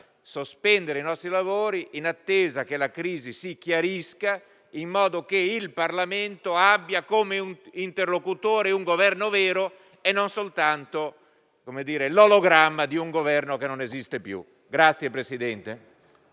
sospendere i nostri lavori, in attesa che la crisi si chiarisca, in modo che il Parlamento abbia come interlocutore un Governo vero e non soltanto l'ologramma di un Governo che non esiste più.